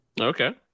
Okay